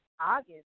August